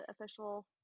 official